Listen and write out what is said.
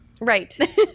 right